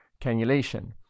cannulation